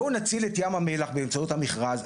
בואו נציל את ים המלח באמצעות המכרז,